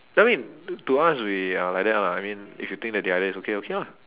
I mean to us we are like that lah I mean if you think that the idea is okay okay lah